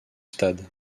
stade